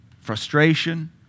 frustration